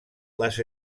les